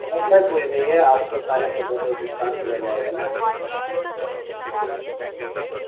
ایسا کوٮٔی نہیں ہے آپ کو سارے ثبوتوں کے ساتھ دیا جائے گا نا